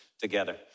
together